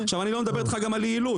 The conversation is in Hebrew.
אני לא מדבר אתך גם על יעילות.